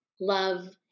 love